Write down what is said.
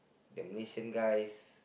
the Malaysian guys